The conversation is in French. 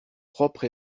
propres